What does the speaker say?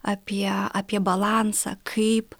apie apie balansą kaip